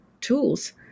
tools